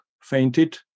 fainted